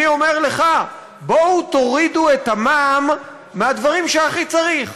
אני אומר לך: בואו תורידו את המע"מ מהדברים שהכי צריך.